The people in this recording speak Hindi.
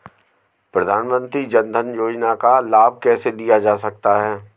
प्रधानमंत्री जनधन योजना का लाभ कैसे लिया जा सकता है?